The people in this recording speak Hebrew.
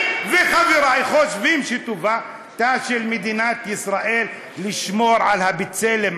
אני וחברי חושבים שטובתה של מדינת ישראל לשמור על הבצלם,